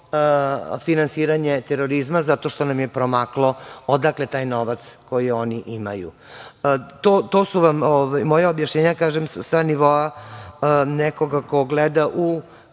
finansiranje terorizma, zato što nam je promaklo odakle taj novac koji oni imaju. To su vam moja objašnjenja sa nivoa nekoga ko gleda u